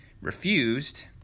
Refused